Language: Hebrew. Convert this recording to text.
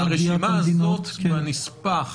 הרשימה הזאת כנספח,